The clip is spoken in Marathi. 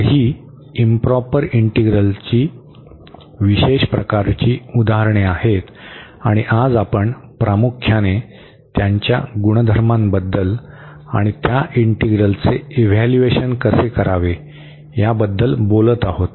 तर ही इंप्रॉपर इंटीग्रलची विशेष प्रकारची उदाहरणे आहेत आणि आज आपण प्रामुख्याने त्यांच्या गुणधर्मांबद्दल आणि त्या इंटीग्रलचे इव्हॅल्यूएशन कसे करावे याबद्दल बोलत आहोत